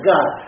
God